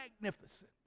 magnificent